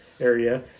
area